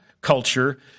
culture